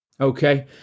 Okay